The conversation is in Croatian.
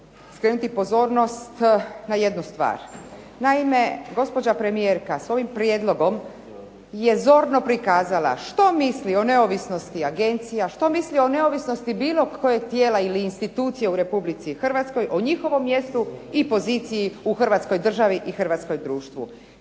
skrenuti pozornost na jednu stvar. Naime, gospođa premijerka s ovim prijedlogom je zorno prikazala što misli o neovisno agencija, što misli o neovisnosti bilo kojeg tijela ili institucije u Republici Hrvatskoj, o njihovom mjestu i poziciji u Hrvatskoj državi i hrvatskom društvu.